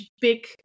big